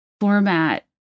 format